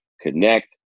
connect